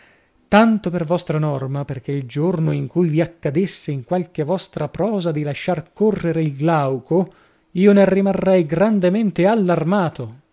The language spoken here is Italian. tanto per vostra norma perchè il giorno in cui vi accadesse in qualche vostra prosa di lasciar correre il glauco io ne rimarrei grandemente allarmato